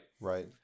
Right